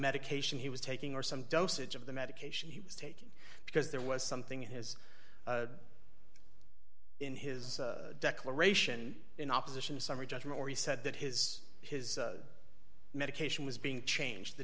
medication he was taking or some dosage of the medication he was taking because there was something in his in his declaration in opposition summary judgment where he said that his his medication was being changed the